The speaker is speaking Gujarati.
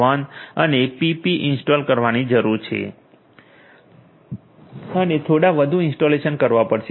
1 અને પીપ ઇન્સ્ટોલ કરવાની જરૂર છે અને થોડા વધુ ઇન્સટાલેશન કરવા પડશે